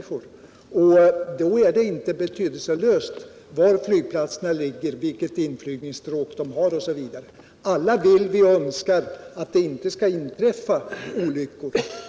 Det är alltså inte betydelselöst var flygplatsen ligger, vilket inflygningsstråk det har, osv. Alla önskar vi att det inte skall inträffa olyckor.